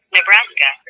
Nebraska